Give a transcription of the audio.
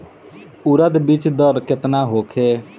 उरद बीज दर केतना होखे?